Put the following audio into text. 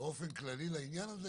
באופן כללי לעניין הזה?